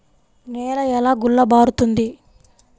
నేల ఎలా గుల్లబారుతుంది?